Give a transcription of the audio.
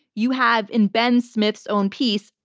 you have, in ben smith's own piece,